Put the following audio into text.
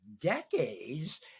decades